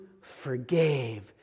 forgave